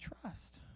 trust